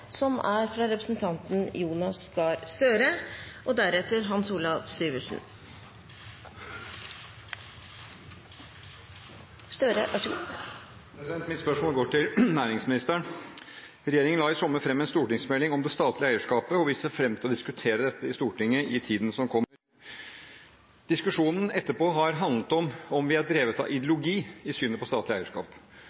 fra Jonas Gahr Støre. Mitt spørsmål går til næringsministeren. Regjeringen la i sommer fram en stortingsmelding om det statlige eierskapet, og vi så fram til å diskutere dette i Stortinget i tiden som kom. Diskusjonen etterpå har handlet om hvorvidt vi er drevet av ideologi i synet på statlig eierskap.